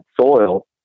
soil